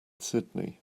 sydney